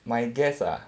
my guest ah